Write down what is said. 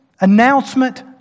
announcement